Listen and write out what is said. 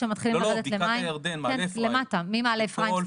כשמתחילים לרדת למטה ממעלה אפרים למטה,